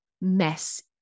mess